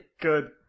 Good